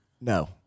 no